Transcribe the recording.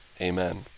Amen